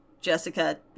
Jessica